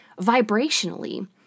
vibrationally